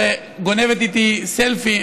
שגונבת איתי סלפי,